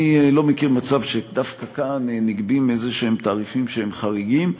אני לא מכיר מצב שדווקא כאן נגבים איזשהם תעריפים שהם חריגים.